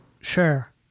Sure